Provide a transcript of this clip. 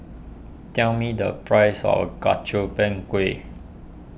tell me the price of Gobchang Gui